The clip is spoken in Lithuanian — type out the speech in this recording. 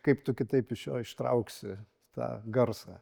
kaip tu kitaip iš jo ištrauksi tą garsą